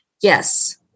Yes